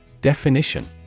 Definition